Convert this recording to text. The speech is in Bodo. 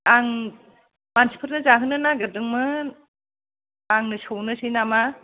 आं मानसिफोरनो जाहोनो नागिरदोंमोन आंनो सौनोसै नामा